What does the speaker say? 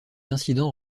incident